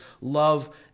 love